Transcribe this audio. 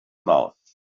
mouth